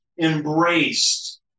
embraced